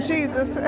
Jesus